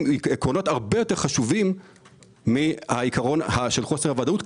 הם עקרונות הרבה יותר חשובים מהעיקרון של חוסר הוודאות,